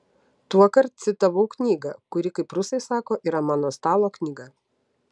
tuokart citavau knygą kuri kaip rusai sako yra mano stalo knyga